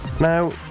now